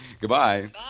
Goodbye